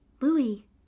Louis